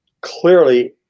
clearly